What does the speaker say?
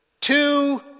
two